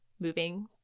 moving